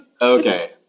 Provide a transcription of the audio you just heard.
Okay